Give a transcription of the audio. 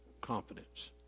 confidence